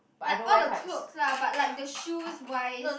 like all the clothes lah but like the shoes wise